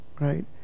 Right